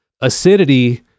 Acidity